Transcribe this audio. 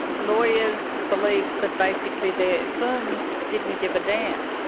lawyers believe that basically their firms didn't give a damn.